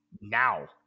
now